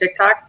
TikToks